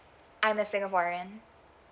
I'm a singaporean